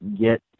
get